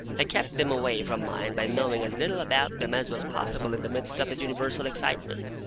i kept them away from mine by knowing as little about them as was possible in the midst of the universal excitement.